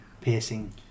piercing